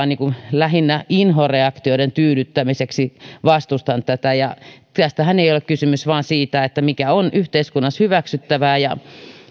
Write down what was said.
lähinnä inhoreaktioiden tyydyttämiseksi vastustan tätä tästähän ei ole kysymys vaan siitä mikä on yhteiskunnassa hyväksyttävää ja